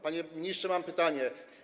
Panie ministrze, mam pytanie.